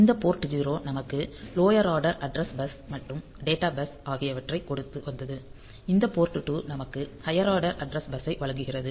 இந்த போர்ட் 0 நமக்கு lower order address bus மற்றும் டேட்டா பஸ் ஆகியவற்றைக் கொடுத்து வந்தது இந்த போர்ட் 2 நமக்கு ஹையர் ஆர்டர் அட்ரஸ் பஸ்ஸை வழங்குகிறது